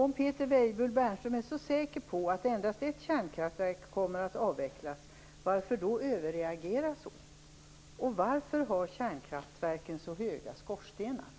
Om Peter Weibull Bernström är så säker på att endast ett kärnkraftverk kommer att avvecklas, varför behöver han då överreagera? Och varför har kärnkraftverken så höga skorstenar?